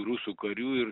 rusų karių ir